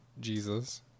Jesus